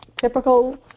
typical